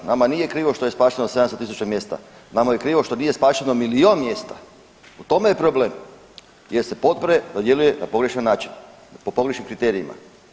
Nama nije krivo što je spašeno 70.000 mjesta, nama je krivo što nije spašeno milijun mjesta u tome je problem jer se potpore dodjeljuju na pogrešan način po pogrešnim kriterijima.